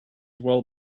well